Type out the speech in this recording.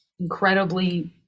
incredibly